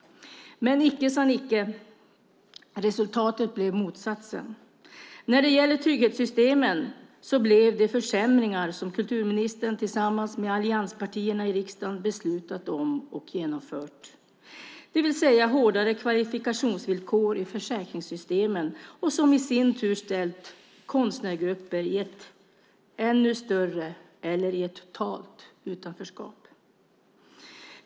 Men icke sa Nicke - resultatet blev motsatsen. När det gäller trygghetssystemen blev det försämringar som kulturministern tillsammans med allianspartierna i riksdagen beslutat och genomfört, det vill säga hårdare kvalifikationsvillkor i försäkringssystemen, som i sin tur ställt konstnärsgrupper i ett ännu större eller totalt utanförskap.